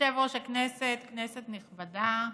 יושב-ראש הישיבה, כנסת נכבדה,